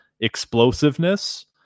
explosiveness